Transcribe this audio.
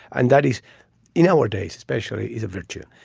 and that is nowadays especially is a virtue.